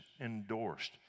endorsed